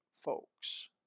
folks